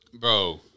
Bro